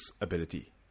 ability